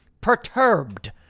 perturbed